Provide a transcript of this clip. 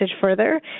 further